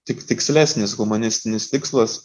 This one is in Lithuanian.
tik tikslesnis humanistinis tikslas